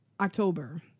October